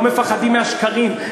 לא מפחדים מהשקרים,